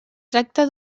tracta